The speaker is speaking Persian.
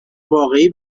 واقعی